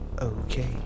Okay